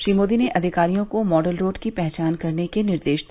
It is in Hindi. श्री मोदी ने अधिकारियों को मॉडल रोड की पहचान करने का निर्देश दिया